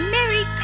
Merry